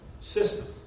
system